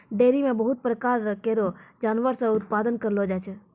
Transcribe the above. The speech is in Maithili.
डेयरी म बहुत प्रकार केरो जानवर से उत्पादन करलो जाय छै